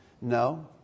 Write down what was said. No